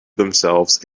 themselves